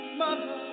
mother